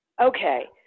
Okay